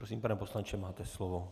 Prosím, pane poslanče, máte slovo.